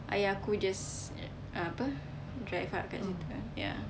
ayah aku just uh apa drive ah kat situ ya